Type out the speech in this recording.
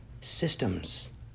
systems